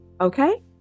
Okay